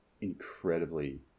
incredibly